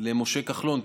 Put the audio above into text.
למשה כחלון,